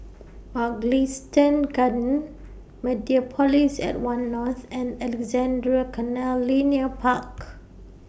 Mugliston Gardens Mediapolis At one North and Alexandra Canal Linear Park